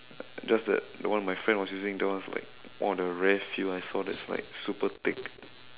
just that the one my friend was using that one was like one of the rare few I saw that's like super thick